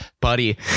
Buddy